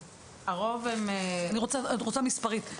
הרוב מתחת לגיל 4. שזה אומר בבתים,